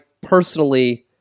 personally